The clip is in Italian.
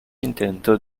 intento